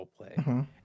roleplay